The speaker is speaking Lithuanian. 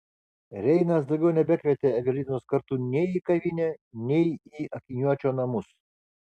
reinas daugiau nebekvietė evelinos kartu nei į kavinę nei į akiniuočio namus